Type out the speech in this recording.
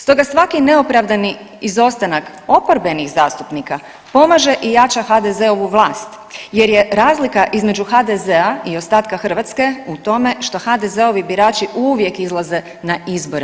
Stoga svaki neopravdani izostanak oporbenih zastupnika pomaže i jača HDZ-ovu vlast jer je razlika između HDZ-a i ostatka Hrvatske u tome što HDZ-ovi birači uvijek izlaze na izbore.